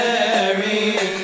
Mary